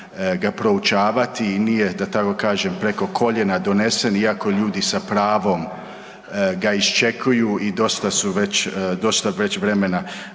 ga proučavati i nije da tako kažem preko koljena donesen iako ljudi s pravom ga iščekuju i dosta već vremena